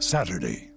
Saturday